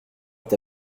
est